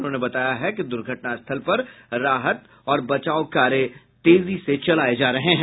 उन्होंने बताया है कि दुर्घटना स्थल पर राहत और बचाव कार्य तेजी से चलाये जा रहे हैं